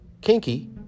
Kinky